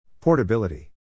Portability